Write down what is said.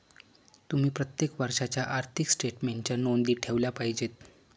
तुम्ही प्रत्येक वर्षाच्या आर्थिक स्टेटमेन्टच्या नोंदी ठेवल्या पाहिजेत